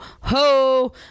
ho